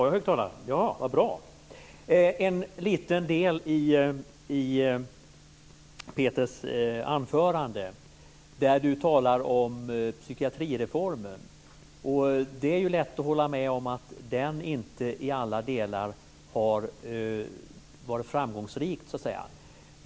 Fru talman! En liten del i Peter Pedersens anförande handlade om psykiatrireformen. Det är lätt att hålla med om att den inte i alla delar har varit framgångsrik.